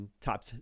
top